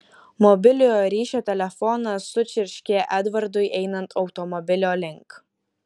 mobiliojo ryšio telefonas sučirškė edvardui einant automobilio link